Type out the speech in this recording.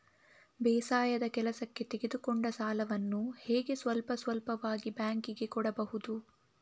ಬೇಸಾಯದ ಕೆಲಸಕ್ಕೆ ತೆಗೆದುಕೊಂಡ ಸಾಲವನ್ನು ಹೇಗೆ ಸ್ವಲ್ಪ ಸ್ವಲ್ಪವಾಗಿ ಬ್ಯಾಂಕ್ ಗೆ ಕೊಡಬಹುದು?